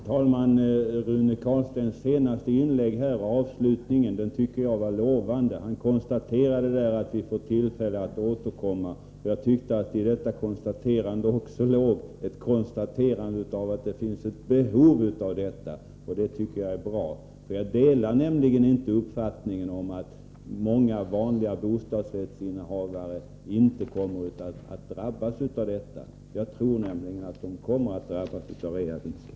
Herr talman! Jag tycker att avslutningen av Rune Carlsteins senaste inlägg var lovande. Han konstaterade där att vi får tillfälle att återkomma. Jag tyckte att det i detta konstaterande också låg ett konstaterande av att det finns ett behov av att återkomma till dessa frågor — och det tycker jag är bra. Jag delar nämligen inte uppfattningen att många vanliga bostadsrättshavare inte kommer att drabbas. Jag tror att de kommer att drabbas av reavinstbeskattningen.